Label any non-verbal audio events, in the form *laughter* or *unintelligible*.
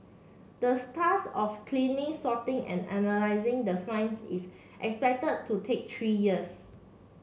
the *unintelligible* of cleaning sorting and analysing the finds is expected to take three years